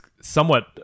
somewhat